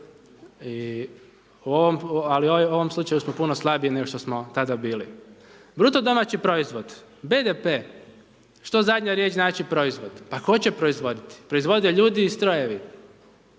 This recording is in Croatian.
ali u ovom slučaju smo puno slabiji nego što smo tada bili. Bruto domaći proizvod, BDP, što zadnja riječ znači proizvod? Pa hoće proizvoditi, proizvode ljudi i strojevi,